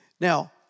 Now